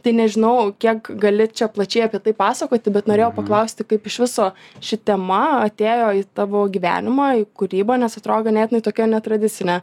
tai nežinau kiek gali čia plačiai apie tai pasakoti bet norėjau paklausti kaip iš viso ši tema atėjo į tavo gyvenimą į kūrybą nes atrodo ganėtinai tokia netradicinė